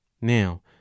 now